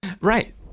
right